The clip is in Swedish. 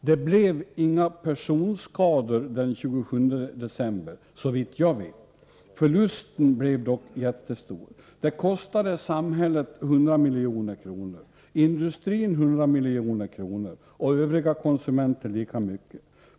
Det blev inga personskador den 27 december, såvitt jag vet. Förlusten blev dock jättestor. Det kostade samhället 100 milj.kr., industrin 100 milj.kr. och övriga konsumenter lika mycket.